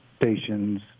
stations